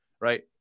right